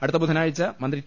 അടുത്ത ബുധനാഴ്ച മന്ത്രി ടി